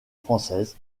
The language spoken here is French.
française